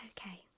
okay